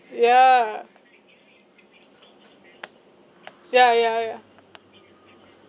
yeah ya ya ya